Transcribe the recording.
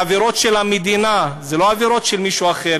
הן עבירות של המדינה, לא עבירות של מישהו אחר.